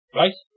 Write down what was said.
right